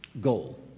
goal